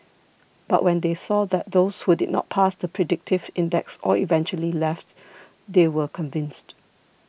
but when they saw that those who did not pass the predictive index all eventually left they were convinced